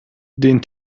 den